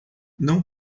não